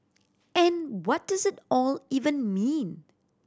and what does it all even mean